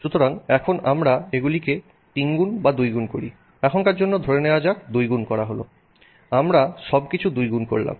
সুতরাং এখন আমরা এগুলিকে তিনগুণ বা দুইগুণ করি এখনকার জন্য ধরে নেওয়া যাক দুইগুণ করা হলো আমরা সব কিছুকে দুইগুণ করলাম